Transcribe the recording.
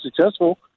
successful